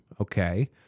Okay